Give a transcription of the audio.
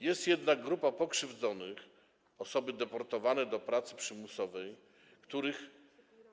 Jest jednak grupa pokrzywdzonych, chodzi o osoby deportowane do pracy przymusowej, których